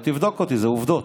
ותבדוק אותי, אלה עובדות.